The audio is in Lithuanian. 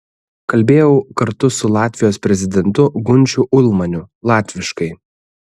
kalbėjau kartu su latvijos prezidentu gunčiu ulmaniu latviškai